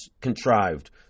contrived